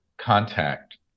contact